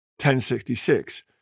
1066